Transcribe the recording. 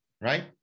right